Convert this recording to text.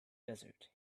desert